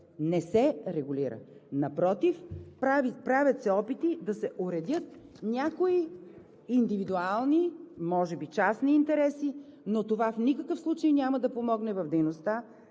не се регулира. Напротив, правят се опити да се уредят някои индивидуални, може би частни интереси, но това в никакъв случай няма да помогне в дейността